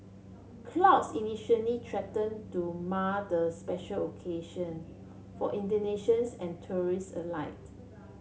clouds initially threaten to mar the special occasion for Indonesians and tourists